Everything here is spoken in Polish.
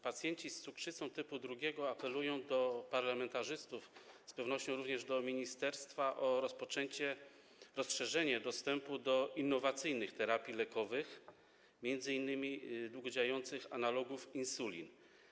Pacjenci z cukrzycą typu 2 apelują do parlamentarzystów, z pewnością również do ministerstwa, o dostrzeżenie problemu dostępu do innowacyjnych terapii lekowych, m.in. długo działających analogów insulin.